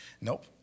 Nope